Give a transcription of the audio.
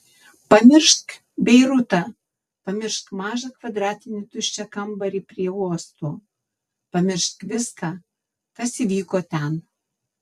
pamiršk beirutą pamiršk mažą kvadratinį tuščią kambarį prie uosto pamiršk viską kas įvyko ten